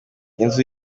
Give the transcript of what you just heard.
inzu